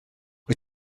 wyt